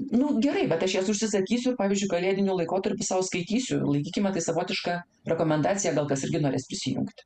nu gerai bet aš jas užsisakysiu pavyzdžiui kalėdiniu laikotarpiu sau skaitysiu laikykime tai savotiška rekomendacija gal kas irgi norės prisijungti